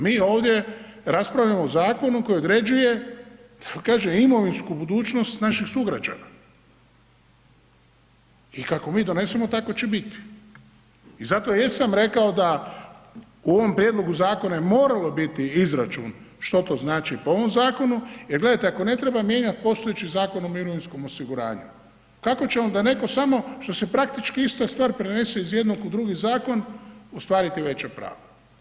Mi ovdje raspravljamo o zakonu koji određuje, kaže, imovinsku budućnost naših sugrađana i kako mi donesemo, tako će biti i zato jesam rekao da u ovom prijedlogu zakona je moralo biti izračun što to znači po ovom zakonu, jer gledajte, ako ne treba mijenjati postojeći Zakon o mirovinskom osiguranju, kako će onda netko samo što se praktički ista stvar prenese iz jednog u drugi zakon ostvariti veće pravo?